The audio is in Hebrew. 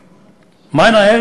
בכל מקום שלא יהיה,